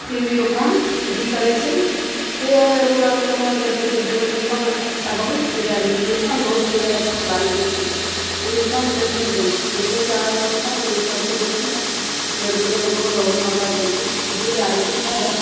फिर भी ओकरा अथी करै छै फेर उड़ल कोनो देखै छै हेबऽ लिलकंठ अच्छा बहुत चिड़ै लिलकंठ बहुत चिड़ै अच्छा लागैया अखैन ओ लिलकंठ बैठैलए दै छै बैठै छै आराम सऽ ओ जे छत पर बैठलक बैठलकै ओकरो गहूॅंम मकइ दै छै किछो दए दै छै खायलए